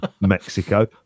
Mexico